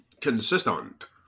consistent